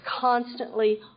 constantly